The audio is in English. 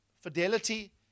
fidelity